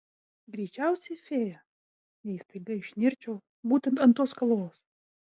greičiausiai fėja jei staiga išnirčiau būtent ant tos kalvos